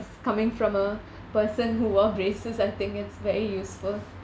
coming from a person who wore braces I think it's very useful